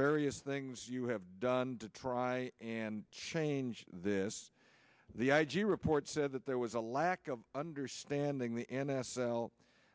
various things you have done to try and change this the i g report said that there was a lack of understanding the n f l